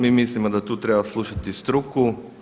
Mi mislimo da tu treba slušati struku.